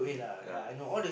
ya